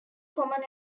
common